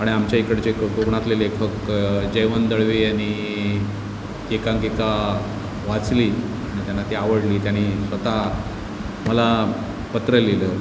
आणि आमच्या इकडचे क कोकणातले लेखक जयवंत दळवी यांनी एकांकिका वाचली आणि त्यांना ती आवडली त्यांनी स्वतः मला पत्र लिहिलं